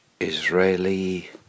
Israeli